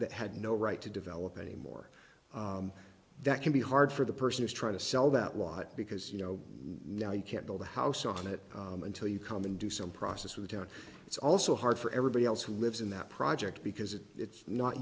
that had no right to develop any more that can be hard for the person who's trying to sell that lot because you know no you can't build a house on it until you come in do some process for the town it's also hard for everybody else who lives in that project because if it's not